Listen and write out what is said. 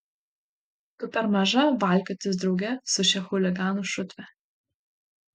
tu per maža valkiotis drauge su šia chuliganų šutve